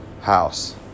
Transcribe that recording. house